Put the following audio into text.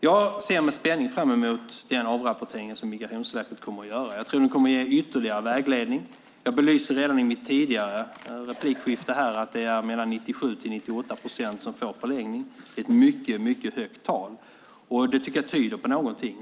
Jag ser med spänning fram emot den avrapportering som Migrationsverket kommer att göra. Jag tror att den kommer att ge ytterligare vägledning. Jag belyste redan i mitt tidigare inlägg att det är 97-98 procent som får förlängning. Det är ett mycket högt tal. Det tyder på någonting.